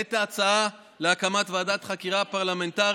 את ההצעה להקמת ועדת חקירה פרלמנטרית.